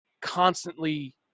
constantly